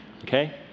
okay